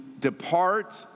depart